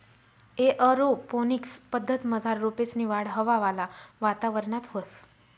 aeroponics पद्धतमझार रोपेसनी वाढ हवावाला वातावरणात व्हस